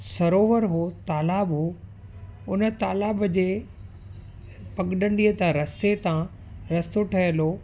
सरोवरु हो तालाब हो उन तालाब जे पगडंडीअ सां रस्ते तां रस्तो ठहियलु हो